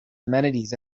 amenities